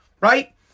right